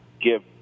give